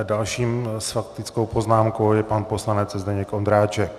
Dalším s faktickou poznámkou je pan poslanec Zdeněk Ondráček.